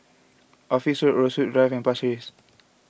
Office Rose Drive and Pasir Ris